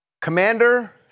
Commander